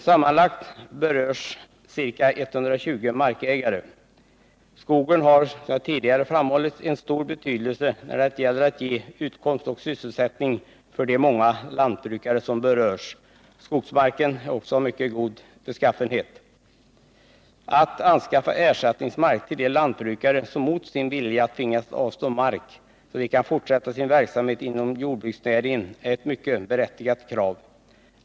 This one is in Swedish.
Sammanlagt berörs ca 120 markägare. Skogen har, som jag tidigare framhållit, en stor betydelse när det gäller att ge utkomst och sysselsättning för de många lantbrukare som berörs. Skogsmarken är också av mycket god beskaffenhet. Att man skall anskaffa ersättningsmark till de lantbrukare som mot sin vilja tvingats avstå mark, så att de kan fortsätta sin verksamhet inom jordbruksnäringen, är ett mycket berättigat krav.